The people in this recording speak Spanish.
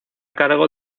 cargo